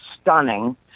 stunning